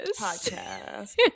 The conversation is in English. Podcast